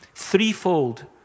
threefold